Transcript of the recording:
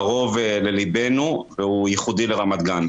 שקרוב לליבנו והוא ייחודי לרמת גן,